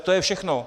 To je všechno.